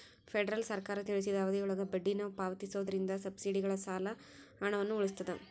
federal ಸರ್ಕಾರ ತಿಳಿಸಿದ ಅವಧಿಯೊಳಗ ಬಡ್ಡಿನ ಪಾವತಿಸೋದ್ರಿಂದ ಸಬ್ಸಿಡಿ ಸಾಲಗಳ ಹಣವನ್ನ ಉಳಿಸ್ತದ